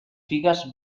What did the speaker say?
figues